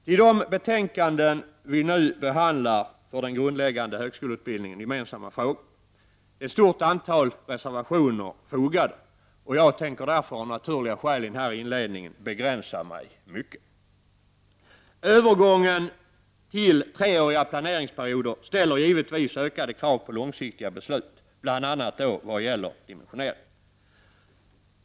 Till de betänkanden vi nu behandlar, som alltså rör för den grundläggande högskoleutbildningen gemensamma frågor, är ett stort antal reservationer fogade, och jag tänker därför av förklarliga skäl begränsa mitt inledningsanförande. Övergången till treåriga planeringsperioder ställer givetvis ökade krav på långsiktiga beslut bl.a. vad gäller dimensioneringen.